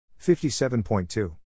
57.2